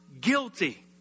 guilty